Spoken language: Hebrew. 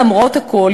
למרות הכול,